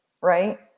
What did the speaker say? Right